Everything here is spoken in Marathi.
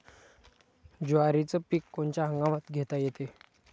जवारीचं पीक कोनच्या हंगामात घेता येते?